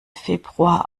februar